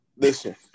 Listen